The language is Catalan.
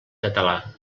català